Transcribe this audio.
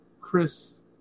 chris